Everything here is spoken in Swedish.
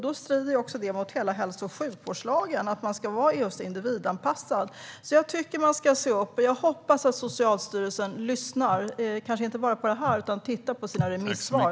Då strider det mot hela hälso och sjukvårdslagen, som ju säger att man ska vara individanpassad. Jag tycker att man ska se upp. Jag hoppas att Socialstyrelsen lyssnar på detta och också tittar på sina remissvar.